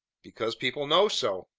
because people know so.